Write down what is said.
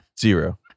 Zero